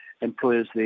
employees